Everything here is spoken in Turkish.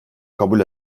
kabul